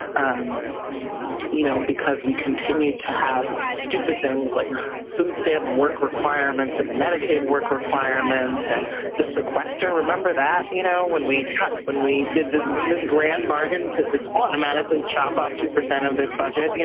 um you know because we continued to have stupid things like food stamp work requirements and medicaid work requirements and the sequester, remember that? you know when we when we did this this grand bargain to just automatically chop off two percent of the budget,